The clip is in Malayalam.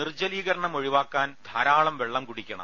നിർജ ലീകരണം ഒഴിവാക്കാൻ ധാരാളം വെള്ളം കുടിക്കണം